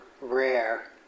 rare